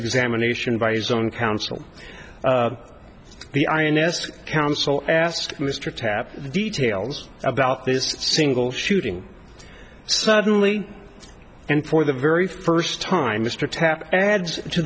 examination by his own counsel the ins counsel asked mr tapper the details about this single shooting suddenly and for the very first time mr tapp adds to